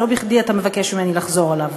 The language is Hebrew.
לא בכדי אתה מבקש ממני לחזור עליו.